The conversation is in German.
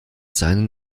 seinen